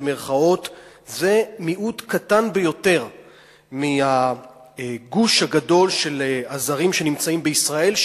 הם מיעוט קטן ביותר בגוש הגדול של הזרים שנמצאים בישראל,